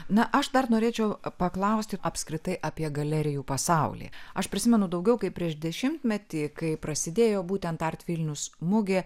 na aš dar norėčiau paklausti apskritai apie galerijų pasaulį aš prisimenu daugiau kaip prieš dešimtmetį kai prasidėjo būtent art vilnius mugė